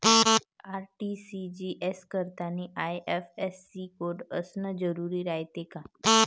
RTGS करतांनी IFSC code असन जरुरी रायते का?